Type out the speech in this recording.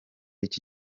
iki